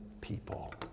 people